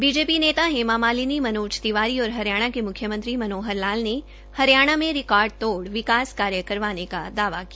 BJP नेता हेमा मालिनी मनोज तिवारी और हरियाणा के मुख्यमंत्री मनोहर लाल ने हरियाणा में रिकॉर्ड तोड़ विकास करवाने का दावा किया